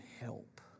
help